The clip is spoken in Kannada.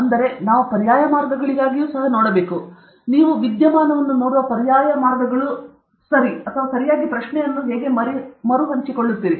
ಅಂದರೆ ನಾವು ಪರ್ಯಾಯ ಮಾರ್ಗಗಳಿಗಾಗಿಯೂ ಸಹ ನೋಡಬೇಕು ನೀವು ವಿದ್ಯಮಾನವನ್ನು ನೋಡುವ ಪರ್ಯಾಯ ಮಾರ್ಗಗಳು ಸರಿ ಅಥವಾ ನೀವು ಸರಿಯಾಗಿ ಪ್ರಶ್ನೆಯನ್ನು ಹೇಗೆ ಮರುಹಂಚಿಕೊಳ್ಳುತ್ತೀರಿ